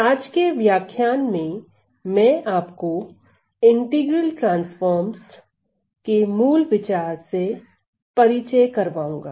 आज के व्याख्यान में मैं आपको इंटीग्रल ट्रांसफॉर्म्स के मूल विचार से परिचय करवाऊंगा